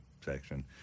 section